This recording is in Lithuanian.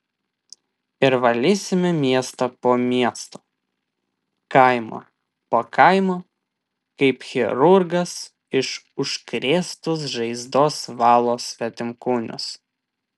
ir valysime miestą po miesto kaimą po kaimo kaip chirurgas iš užkrėstos žaizdos valo svetimkūnius